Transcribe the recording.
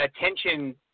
attention